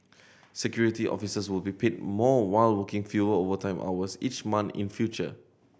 Security Officers will be paid more while working fewer overtime hours each month in future